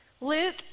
Luke